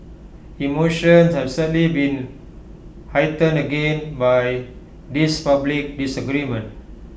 emotions have sadly been heightened again by this public disagreement